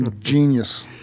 Genius